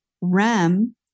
REM